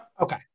Okay